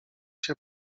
się